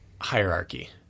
hierarchy